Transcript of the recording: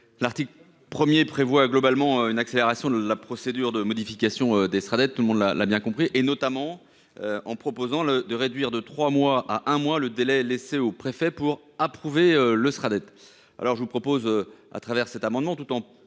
L'article 1er prévoit globalement une accélération de la procédure de modification d'Estrada, tout le monde l'a l'a bien compris et notamment. En proposant le de réduire de 3 mois à un mois le délai laissé aux préfets pour approuver le sera d'être alors je vous propose, à travers cet amendement tout en